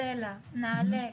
סלע נעל"ה,